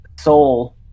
soul